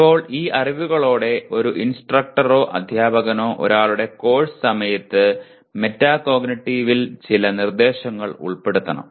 ഇപ്പോൾ ഈ അറിവുകളോടെ ഒരു ഇൻസ്ട്രക്ടറോ അധ്യാപകനോ ഒരാളുടെ കോഴ്സ് സമയത്ത് മെറ്റാകോഗ്നിറ്റീവിൽ ചില നിർദ്ദേശങ്ങൾ ഉൾപ്പെടുത്തണം